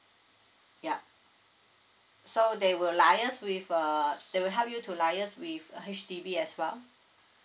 yup so they will liaise with uh they will help you to liaise with H_D_B as well